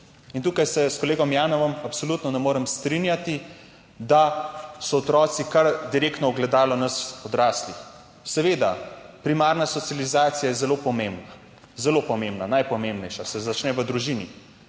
Tukaj se s kolegom Janevom absolutno ne morem strinjati, da so otroci kar direktno ogledalo nas odraslih. Seveda, primarna socializacija je zelo pomembna, zelo pomembna, najpomembnejša, se začne v družini,